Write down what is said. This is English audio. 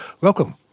Welcome